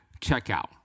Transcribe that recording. checkout